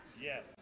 Yes